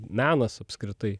menas apskritai